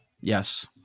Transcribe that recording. Yes